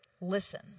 listen